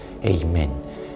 Amen